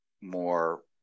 more